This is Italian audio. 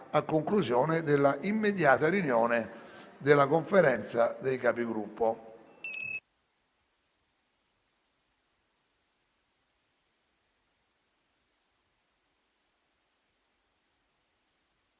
a conclusione della riunione della Conferenza dei Capigruppo.